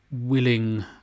willing